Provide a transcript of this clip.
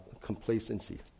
complacency